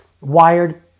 wired